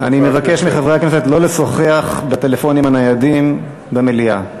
אני מבקש מחברי הכנסת לא לשוחח בטלפונים הניידים במליאה.